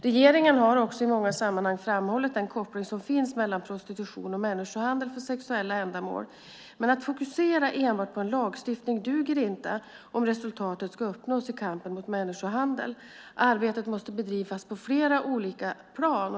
Regeringen har också i många sammanhang framhållit den koppling som finns mellan prostitution och människohandel för sexuella ändamål, men att fokusera enbart på en lagstiftning duger inte om resultat ska uppnås i kampen mot människohandel. Arbete måste bedrivas på flera olika plan.